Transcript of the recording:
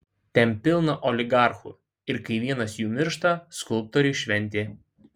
ten pilna oligarchų ir kai vienas jų miršta skulptoriui šventė